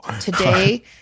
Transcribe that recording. Today